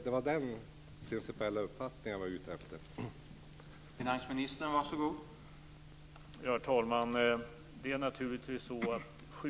Det var den principiella uppfattningen som jag var ute efter att få höra.